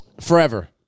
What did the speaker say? Forever